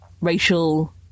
racial